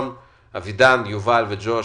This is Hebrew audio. אבידן, יובל וג'וש,